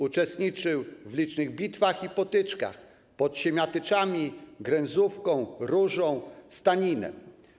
Uczestniczył w licznych bitwach i potyczkach: pod Siemiatyczami, Gręzówką, Różą, Staninem.